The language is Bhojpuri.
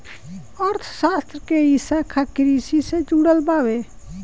अर्थशास्त्र के इ शाखा कृषि से जुड़ल बावे